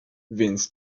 więc